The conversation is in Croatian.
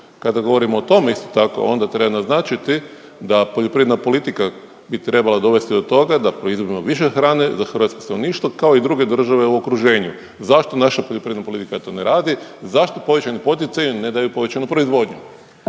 Kada govorimo o tome isto tako onda treba naznačiti da poljoprivredna politika bi trebala dovesti do toga da proizvodimo više hrane za hrvatsko stanovništvo kao i druge države u okruženju. Zašto naša poljoprivredna politika to ne radi? Zašto povećani poticaji ne daju povećanu proizvodnju?